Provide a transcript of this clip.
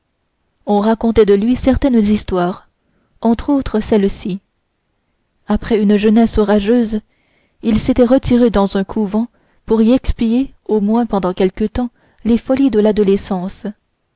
on racontait de lui certaines histoires entre autres celle-ci après une jeunesse orageuse il s'était retiré dans un couvent pour y expier au moins pendant quelque temps les folies de l'adolescence